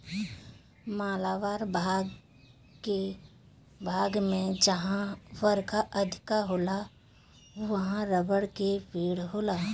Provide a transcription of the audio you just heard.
मालाबार के भाग में जहां बरखा अधिका होला उहाँ रबड़ के पेड़ होला